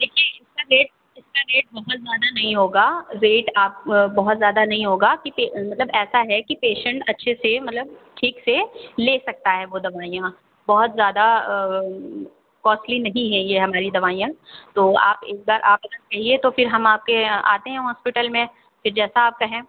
देखिए इसका रेट इसका रेट बहुत ज़्यादा नहीं होगा रेट आप बहुत ज़्यादा नहीं होगा कि मतलब ऐसा है कि पेशेन्ट अच्छे से मतलब ठीक से ले सकता है वो दवाइयाँ बहुत ज़्यादा कॉस्टली नहीं है ये हमारी दवाइयाँ तो आप एक बार आप अगर कहिए तो फिर हम आपके आते हैं हॉस्पिटल में फिर जैसा आप कहें